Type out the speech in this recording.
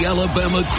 Alabama